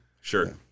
Sure